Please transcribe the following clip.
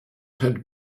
had